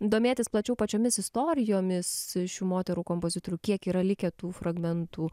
domėtis plačiau pačiomis istorijomis šių moterų kompozitorių kiek yra likę tų fragmentų